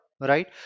right